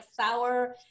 sour